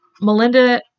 Melinda